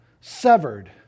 severed